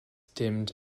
dimmed